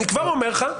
אני כבר אומר לך,